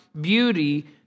beauty